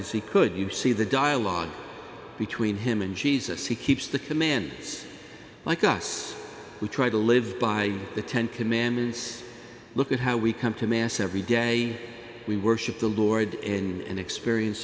as he could you see the dialogue between him and jesus he keeps the commands like us who try to live by the ten commandments look at how we come to mass every day we worship the lord and experience